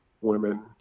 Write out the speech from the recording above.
women